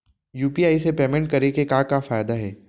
UPI से payment करे के का का फायदा हे?